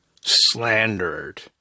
slandered